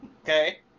okay